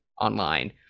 online